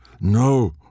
No